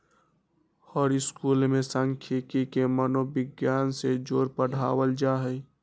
हर school में सांखियिकी के मनोविग्यान से जोड़ पढ़ायल जाई छई